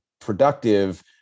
productive